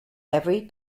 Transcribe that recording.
every